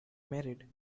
married